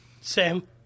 Sam